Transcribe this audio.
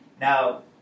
Now